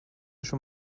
schon